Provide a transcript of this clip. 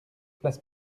place